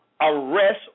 arrest